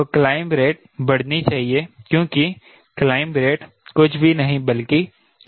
तो climb rate बढ़नी चाहिए क्योंकि क्लाइंब रेट कुछ भी नहीं बल्कि Vsin है